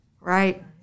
Right